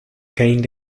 gained